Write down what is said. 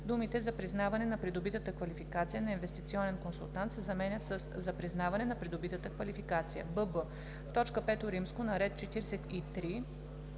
думите „за признаване на придобита квалификация на инвестиционен консултант“ се заменят със „за признаване на придобита квалификация“; бб) в т. V, на ред 43